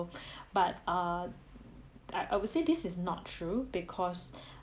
but err I I would say this is not true because